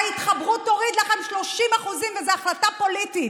ההתחברות תוריד לכם 30%, וזאת החלטה פוליטית,